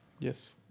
Yes